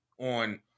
on